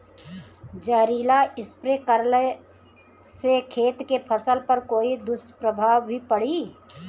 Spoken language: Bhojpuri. जहरीला स्प्रे करला से खेत के फसल पर कोई दुष्प्रभाव भी पड़ी?